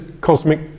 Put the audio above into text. cosmic